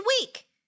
week